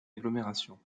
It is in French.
agglomération